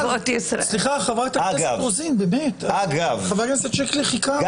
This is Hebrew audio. חברת הכנסת רוזין, חבר הכנסת שיקלי חיכה בסבלנות.